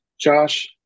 Josh